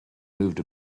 moved